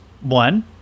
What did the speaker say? One